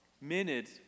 Minute